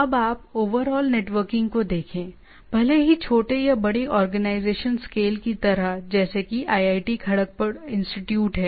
अब आप overall networking को देखेंभले ही छोटे या बड़े ऑर्गेनाइजेशन स्केल की तरह जैसे कि आईआईटी खड़कपुर इंस्टिट्यूट है